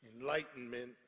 enlightenment